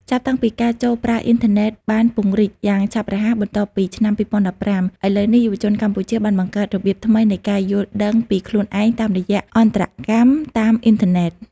ចាប់តាំងពីការចូលប្រើអ៊ីនធឺណិតបានពង្រីកយ៉ាងឆាប់រហ័សបន្ទាប់ពីឆ្នាំ 2015 ឥឡូវនេះយុវជនកម្ពុជាបានបង្កើតរបៀបថ្មីនៃការយល់ដឹងពីខ្លួនឯងតាមរយៈអន្តរកម្មតាមអ៊ីនធឺណិត។